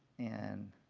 and